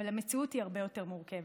אבל המציאות הרבה יותר מורכבת,